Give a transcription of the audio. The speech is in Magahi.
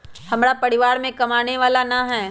हमरा परिवार में कमाने वाला ना है?